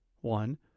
One